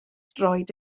droed